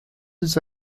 his